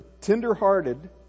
tender-hearted